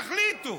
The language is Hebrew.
תחליטו.